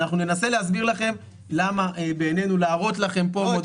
אנחנו ננסה להסביר לכם למה בעינינו להראות לכם פה --- לא,